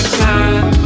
time